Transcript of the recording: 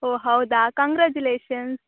ಓಹ್ ಹೌದಾ ಕಂಗ್ರಾಜ್ಯುಲೇಶನ್